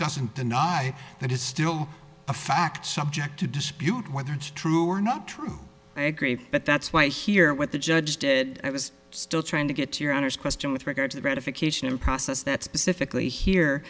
doesn't deny that it's still a fact subject to dispute whether it's true or not true i agree but that's why you hear what the judge did i was still trying to get to your honor's question with regard to the ratification process that specifically here